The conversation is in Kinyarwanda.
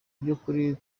by’ukuri